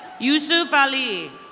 yuzu fali.